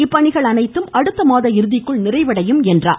இப்பணிகள் அனைத்தும் அடுத்த மாத இறுதிக்குள் நிறைவடையும் என்றார்